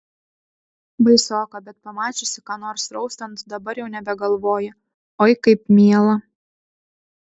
baisoka bet pamačiusi ką nors raustant dabar jau nebegalvoju oi kaip miela